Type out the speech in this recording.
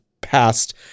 past